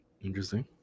Interesting